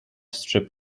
strip